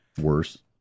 Worse